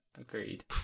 Agreed